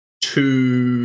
two